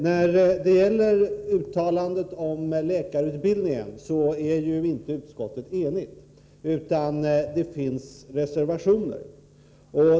Utskottet är ju inte enigt när det gäller läkarutbildningen, utan det finns reservationer.